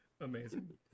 Amazing